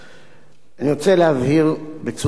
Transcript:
אני רוצה להבהיר בצורה מאוד ברורה: